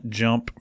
jump